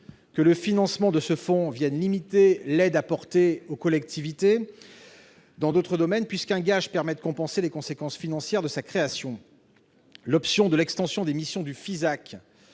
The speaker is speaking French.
que le financement de ce fonds vienne limiter l'aide apportée aux collectivités dans d'autres domaines, puisqu'un gage permet de compenser les conséquences financières de sa création. L'option de l'extension des missions du FISAC